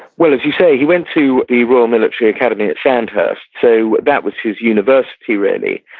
well as you say, he went to the royal military academy at sandhurst, so that was his university, really.